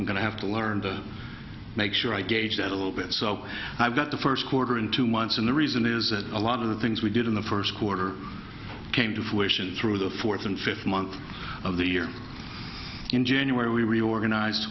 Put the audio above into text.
i'm going to have to learn to make sure i gauge that a little bit so i've got the first quarter in two months and the reason is that a lot of the things we did in the first quarter came to fruition through the fourth and fifth month of the year in january we reorganized